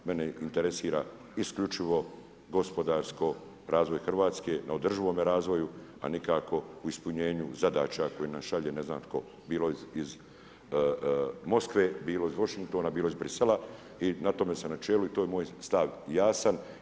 Mene interesira isključivo gospodarsko razvoj Hrvatske neodrživome razvoju, a nikako u ispunjenju zadaća koje nam šalje ne znam tko bilo iz Moskve, bilo iz Washingtona, bilo iz Bruxellesa i na tome sam na čelu i to je moj stav jasan.